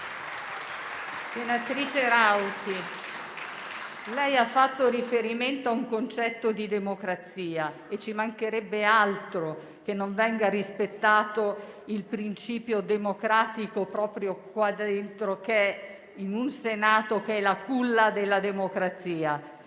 Senatrice Rauti, lei ha fatto riferimento a un concetto di democrazia, e ci mancherebbe altro che non venisse rispettato il principio democratico proprio qua dentro, in un Senato che è la culla della democrazia.